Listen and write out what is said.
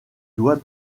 dois